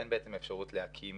אין אפשרות להקים